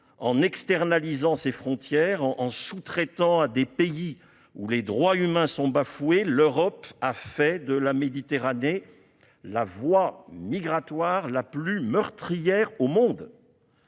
le contrôle de ses frontières, en sous-traitant à des pays où les droits humains sont bafoués, l'Europe a fait de la Méditerranée la voie migratoire la plus meurtrière au monde.